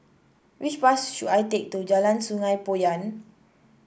which bus should I take to Jalan Sungei Poyan